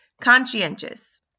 Conscientious